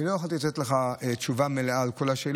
אני לא יכול לתת לך תשובה מלאה על כל השאלות.